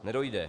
Nedojde.